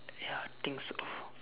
ya I think so